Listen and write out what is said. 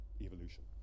evolution